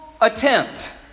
attempt